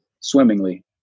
swimmingly